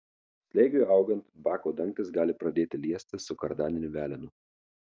slėgiui augant bako dangtis gali pradėti liestis su kardaniniu velenu